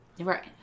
Right